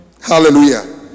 Hallelujah